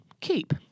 keep